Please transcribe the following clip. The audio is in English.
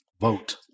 Vote